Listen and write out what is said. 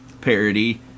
parody